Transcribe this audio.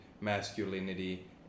masculinity